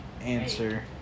answer